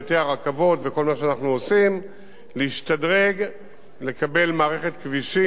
להשתדרג, לקבל מערכת כבישים משוכללת ובטיחותית.